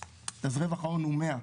אז רווח ההון הוא 100,